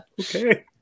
okay